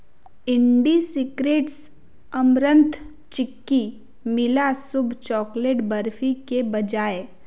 इंडि Secrets amaranth chikki मिला शुभ chocolate barfi के बजाय